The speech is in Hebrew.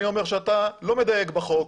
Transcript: אני אומר שאתה לא מדייק בחוק.